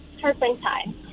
turpentine